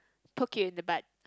poke you in the butt